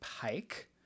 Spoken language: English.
Pike